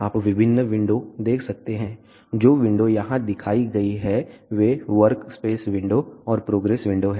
आप विभिन्न विंडो देख सकते हैं जो विंडो यहां दिखाई गई हैं वे वर्क स्पेस विंडो और प्रोग्रेस विंडो हैं